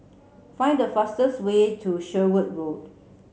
find the fastest way to Sherwood Road